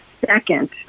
second